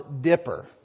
dipper